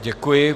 Děkuji.